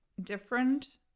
different